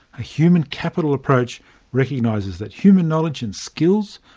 a human capital approach recognises that human knowledge and skills,